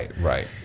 Right